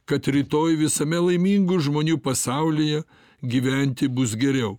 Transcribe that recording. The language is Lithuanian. kad rytoj visame laimingų žmonių pasaulyje gyventi bus geriau